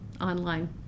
online